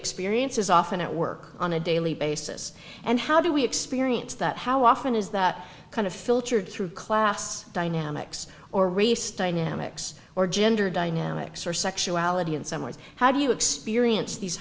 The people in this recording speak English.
experience as often at work on a daily basis and how do we experience that how often is that kind of filtered through class dynamics or race dynamics or gender dynamics or sexuality in some ways how do you experience these